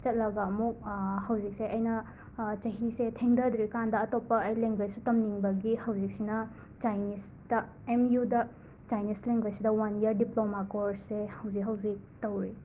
ꯆꯠꯂꯒ ꯑꯃꯨꯛ ꯍꯧꯖꯤꯛꯁꯦ ꯑꯩꯅ ꯆꯍꯤꯁꯦ ꯊꯦꯡꯗꯗ꯭ꯔꯤꯀꯥꯟꯗ ꯑꯇꯣꯞꯄ ꯑꯩ ꯂꯦꯡꯒ꯭ꯋꯦꯁꯁꯨ ꯇꯝꯅꯤꯡꯕꯒꯤ ꯍꯧꯖꯤꯛꯁꯤꯅ ꯆꯥꯏꯅꯤꯁꯇ ꯑꯦꯝ ꯌꯨꯗ ꯆꯥꯏꯅꯤꯁ ꯂꯦꯡꯒ꯭ꯋꯦꯁꯁꯤꯗ ꯋꯥꯟ ꯌꯔ ꯗꯤꯄ꯭ꯂꯣꯃꯥ ꯀꯣꯔꯁꯁꯦ ꯍꯧꯖꯤꯛ ꯍꯧꯖꯤꯛ ꯇꯧꯔꯤ